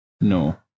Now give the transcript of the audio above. No